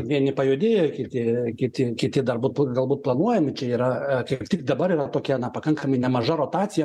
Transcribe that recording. vieni pajudėjo kiti kiti kiti dar būt galbūt planuojami čia yra kaip tik dabar yra tokia na pakankamai nemaža rotacija